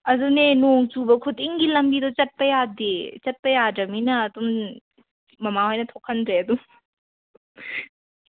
ꯑꯗꯨꯅꯦ ꯅꯣꯡ ꯆꯨꯕ ꯈꯨꯗꯤꯡꯒꯤ ꯂꯝꯕꯤꯗꯣ ꯆꯠꯄ ꯌꯥꯗꯦ ꯆꯠꯄ ꯌꯥꯗ꯭ꯔꯕꯅꯤꯅ ꯑꯗꯨꯝ ꯃꯥꯃꯥ ꯍꯣꯏꯅ ꯊꯣꯛꯍꯟꯗ꯭ꯔꯦ ꯑꯗꯨꯝ